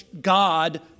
God